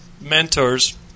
mentors